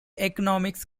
economics